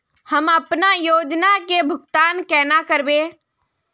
हम अपना योजना के भुगतान केना करबे?